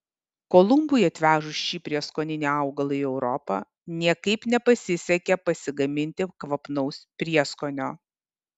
kolumbui atvežus šį prieskoninį augalą į europą niekaip nepasisekė pasigaminti kvapnaus prieskonio